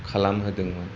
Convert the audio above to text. खालामहोदोंमोन